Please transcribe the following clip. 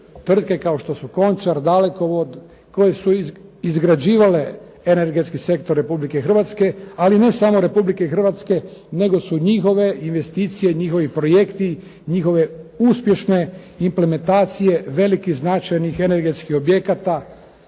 tvrtke kao što su "Končar", "Dalekovod", koje su izgrađivale energetski sektor Republike Hrvatske, ali ne samo Republike Hrvatske nego su njihove investicije, njihovi projekti, njihove uspješne implementacije velikih značajnih energetskih objekata